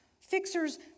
fixers